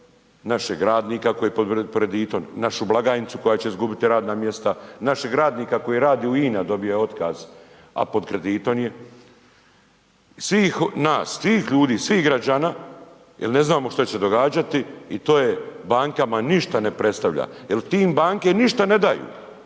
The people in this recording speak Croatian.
našeg radnika koji je pod kreditom, našu blagajnicu koja će izgubiti radno mjesto, našeg radnika koji radi u INA-i dobio je otkaz a pod kreditom je, svih nas, svih ljudi, svih građana jel ne znamo što će se događati i to bankama ništa ne predstavlja jel tim banke ništa ne daju,